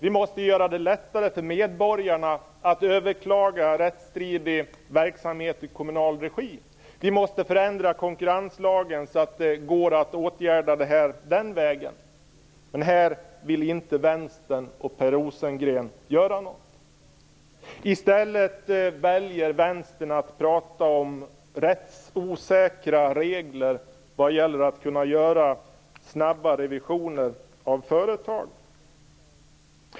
Vi måste göra det lättare för medborgarna att överklaga rättsstridig verksamhet i kommunal regi. Vi måste förändra konkurrenslagen så att det går att åtgärda detta den vägen. Men här vill inte Vänstern och Per Rosengren göra något. I stället väljer Vänstern att prata om rättsosäkra regler när det gäller att kunna göra snabba revisioner av företag.